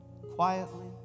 Quietly